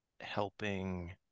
helping